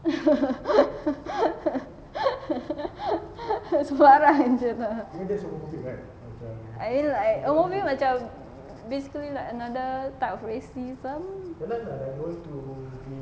sembarang jer lah I mean like homophobic macam basically like another type of racism